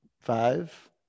Five